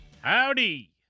Howdy